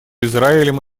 израилем